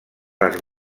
les